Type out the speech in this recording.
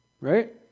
right